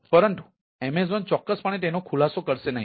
પરંતુ એમેઝોન ચોક્કસપણે તેનો ખુલાસો કરશે નહીં